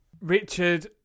Richard